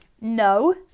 No